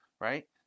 right